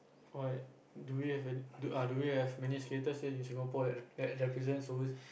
but do we have do we have many skaters here in Singapore that that represents overseas